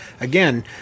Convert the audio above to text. again